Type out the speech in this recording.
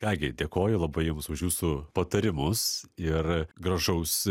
ką gi dėkoju labai jums už jūsų patarimus ir gražaus